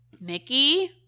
Nikki